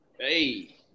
Hey